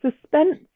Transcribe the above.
suspense